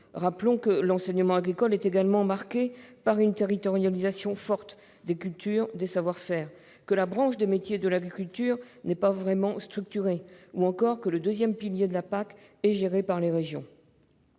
Rappelons-le, l'enseignement agricole est marqué par une territorialisation forte des cultures et des savoir-faire, la branche des métiers de l'agriculture n'est pas vraiment structurée et le deuxième pilier de la PAC est géré par les régions.